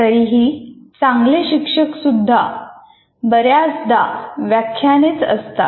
तरीही चांगले शिक्षक सुद्धा र्याचदा व्याख्यानेच देतात